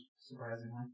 surprisingly